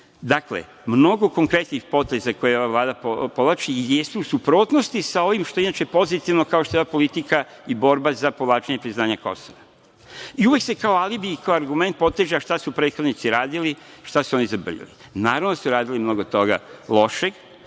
istoku. Dakle, mnogo konkretnih poteza koje ova Vlada povlači jesu suprotnosti sa ovim što je inače pozitivno kao što je ova politika i borba za povlačenje priznanja Kosova. I uvek se kao alibi i kao argument poteže – a šta su prethodnici radili, šta su oni zabrljali. Naravno da su radili mnogo toga lošeg,